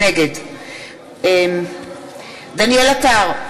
נגד דניאל עטר,